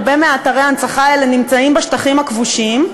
הרבה מאתרי ההנצחה האלה נמצאים בשטחים הכבושים,